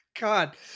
god